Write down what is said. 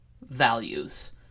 values